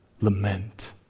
lament